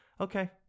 okay